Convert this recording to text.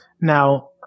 now